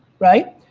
right?